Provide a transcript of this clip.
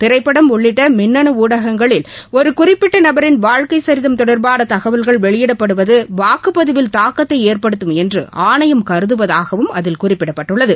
திரைப்படம் உள்ளிட்ட மின்னனு ஊடகங்களில் ஒரு குறிப்பிட்ட நபரின் வாழ்க்கை சரிதம் தொடர்பான தகவல்கள் வெளியிடப்படுவது வாக்குப்பதிவில் தாக்கத்தை ஏற்படுத்தும் என்று ஆணையம் கருதுவதாகவும் அதில் குறிப்பிடப்பட்டுள்ளது